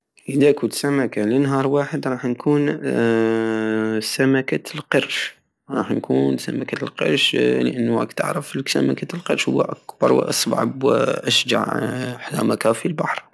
ادا كنت سمكة لنهار واحد ساكون سمكة القرش رح نكون سمكة القرش لانو راك تعرف سمكت القرش هو اكبر واسرع واشجع سمكة في البحر